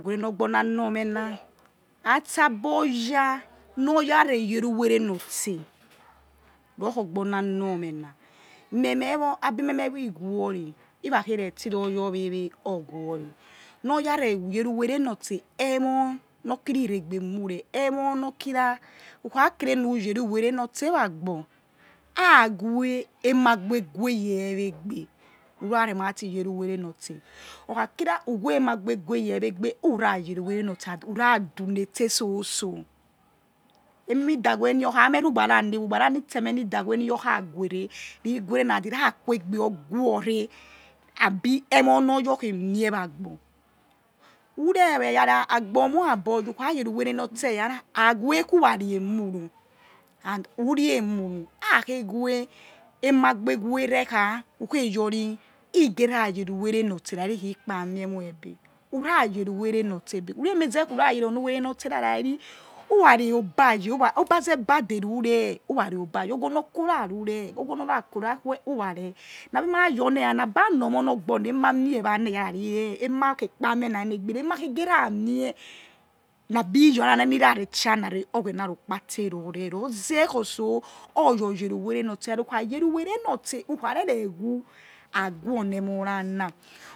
Weh onor ogbor na̱ nor meh na̱ atsagbor ya̱ no oya re yereuwere notse ru̱ khi ogbor na̱ nor meh na meh meh or wor abi me̱ me or igwe ori ira khei retse he ri or ya re uwere notse emo nor kiri who regbe mu re emo nor kira who kha kere nu yere whowerenotse vhagbor ha weh emi agbor gue weh egbe ru ra re ra ti ye rehuwere notse or kha ki ra who weh emi agbor eguwye egbe who ra ye re uwere notse and who ra̱ dunetse so̱ so̱ e̱mi da̱ weh who kha your meh rugbara ni ugbara ni tsemeh ni da weh ni your kha guere ri guere na and he̱ ra que egbe or guore abi emo nor your oya khei mie vha gbor who re we he he yara agbor or muagboyor wha̱ kha yere whowere notse eyara ha̱ weh khi urare emuru and who̱ re̱ emu̱ ru̱ ha khe̱ weh emi agbor ewe rekha̱ who̱ khe̱ youri he̱ ge̱ ra ru we̱ re̱ notse rari khi kpa mie emoibe who ra yeri who were notse emeze khi who ra ye re̱ onu were notse ra ri who̱ ra̱ re̱ obi ha̱ye̱ obaze bade rureh whọr ra re̱ ebaye o̱ghonor khora ru reh oghonor ra khora, akhue who ra reh na̱ bi ma your vho na̱ aba nor me or nor ogbor na emi amieh vha na̱ ri reh emi ha khe kpa mie na ne ne̱ gbia emi akhegera ni rare chi̱ ana re̱ oghena rokpate rore roze khi ortso or ya or ye̱ ru we̱ re̱ nortso who̱ kha̱ ye̱re̱ who̱ we̱re̱h nortse who̱ kha re̱re̱ nortse who̱ kha re̱re̱ wgho ague emi emo na